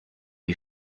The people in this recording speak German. die